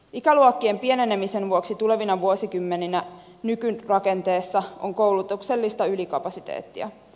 ikäluokkien pienenemisen vuoksi tulevina vuosikymmeninä nykyrakenteessa on koulutuksellista ylikapasiteettia